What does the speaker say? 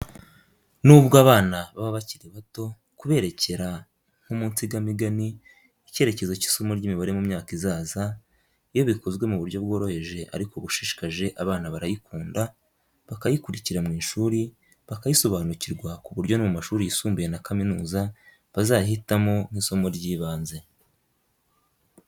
Nubwo abana baba bakiri bato, kuberekera nko mu nsigamigani, icyerekezo cy'isomo ry'imibare mu myaka izaza, iyo bikozwe mu buryo bworoheje ariko bushishikaje abana barayikunda, bakayikurikira mu ishuri, bakayisobanukirwa ku buryo no mu mashuri yisumbuye na kaminuza, bazayihitamo nk'isomo ry'ibanze.